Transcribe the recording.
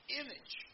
image